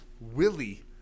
Willie